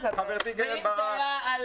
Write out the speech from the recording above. מדבר ככה?